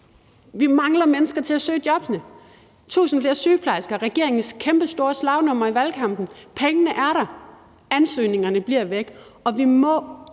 vi mangler mennesker til at søge jobbene. 1.000 flere sygeplejersker var regeringens kæmpestore slagnummer i valgkampen, og pengene er der, men ansøgningerne udebliver. Og vi må